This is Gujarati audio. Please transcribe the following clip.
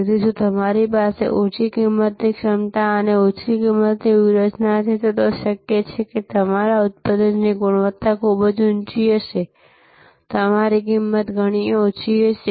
તેથી જો તમારી પાસે ઓછી કિંમતની ક્ષમતા અને ઓછી કિંમતની વ્યૂહરચના છે તો શક્ય છે કે તમારા ઉત્પાદનની ગુણવત્તા ખૂબ ઊંચી હશે તમારી કિંમત ઘણી ઓછી હશે